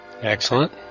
excellent